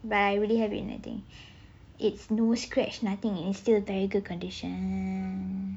but I really have it in my thing it's no scratch nothing it's still very good condition